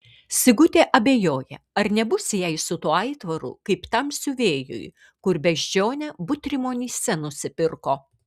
sigutė abejoja ar nebus jai su tuo aitvaru kaip tam siuvėjui kur beždžionę butrimonyse nusipirko